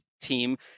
team